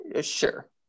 Sure